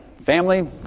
family